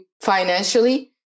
financially